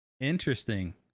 interesting